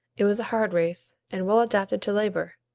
it was a hard race, and well adapted to labor,